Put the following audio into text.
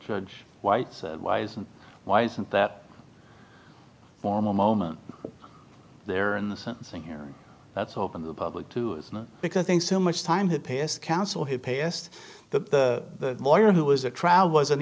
judge white said why isn't why isn't that formal moment there in the sentencing hearing that's open to the public to it's not because i think so much time had passed counsel had passed that the lawyer who was a trial wasn't